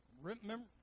Remember